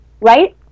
right